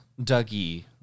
Dougie